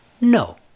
no